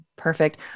Perfect